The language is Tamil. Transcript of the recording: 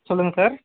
சொல்லுங்கள் சார்